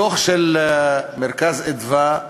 הדוח של "מרכז אדוה"